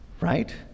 right